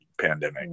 pandemic